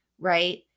right